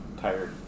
Tired